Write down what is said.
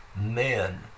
men